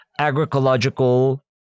agricultural